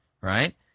right